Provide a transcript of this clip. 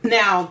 now